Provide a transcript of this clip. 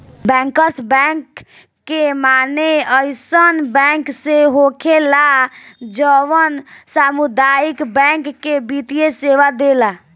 bankers bank के माने अइसन बैंक से होखेला जवन सामुदायिक बैंक के वित्तीय सेवा देला